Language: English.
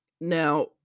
now